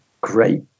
great